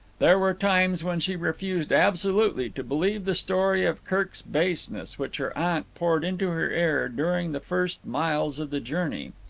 there were times when she refused absolutely to believe the story of kirk's baseness which her aunt poured into her ear during the first miles of the journey.